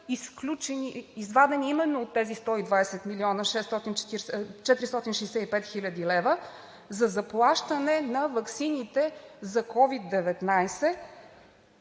извадени именно от тези 120 млн. 465 хил. лв., за заплащане на ваксините за COVID-19,